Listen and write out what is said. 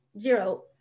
zero